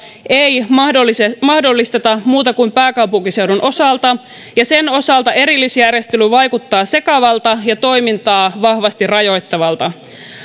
ei mahdollisteta mahdollisteta muuten kuin pääkaupunkiseudun osalta ja sen osalta erillisjärjestely vaikuttaa sekavalta ja toimintaa vahvasti rajoittavalta